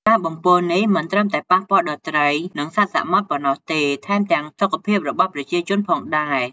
ការបំពុលនេះមិនត្រឹមតែប៉ះពាល់ដល់ត្រី និងសត្វសមុទ្រប៉ុណ្ណោះទេ ថែមទាំងសុខភាពរបស់ប្រជាជនផងដែរ។